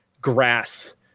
grass